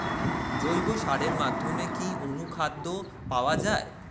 জৈব সারের মধ্যে কি অনুখাদ্য পাওয়া যায়?